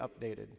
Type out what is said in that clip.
updated